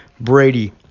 Brady